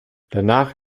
danach